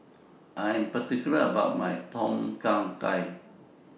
I Am particular about My Tom Kha Gai